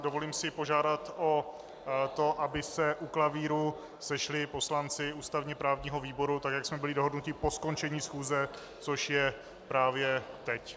Dovolím si požádat o to, aby se u klavíru sešli poslanci ústavněprávního výboru, jak jsme byli dohodnuti, po skončení schůze, což je právě teď.